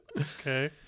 Okay